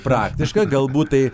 praktiška galbūt tai